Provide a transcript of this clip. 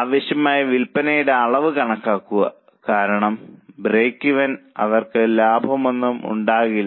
ആവശ്യമായ വിൽപ്പനയുടെ അളവ് കണക്കാക്കുക കാരണം ബ്രേക്ക്വെനിൽ അവർക്ക് ലാഭമൊന്നും ഉണ്ടാകില്ല